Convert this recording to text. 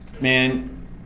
Man